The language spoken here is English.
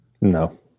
No